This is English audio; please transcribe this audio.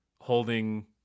holding